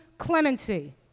Clemency